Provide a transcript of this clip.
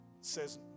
says